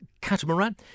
Catamaran